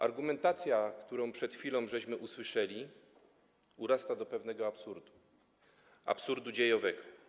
Argumentacja, którą przed chwilą usłyszeliśmy, urasta do pewnego absurdu, absurdu dziejowego.